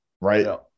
Right